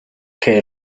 que